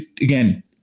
again